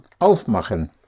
Aufmachen